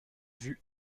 vues